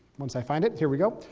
once i find it, here we go.